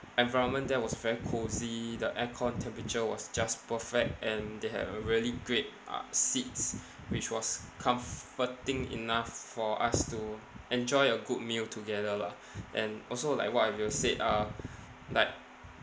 environment there was very cosy the aircon temperature was just perfect and they have a really great uh seats which was comforting enough for us to enjoy a good meal together lah and also like what you've said uh like